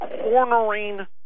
cornering